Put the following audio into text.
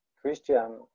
Christian